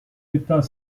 état